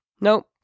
Nope